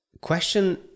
question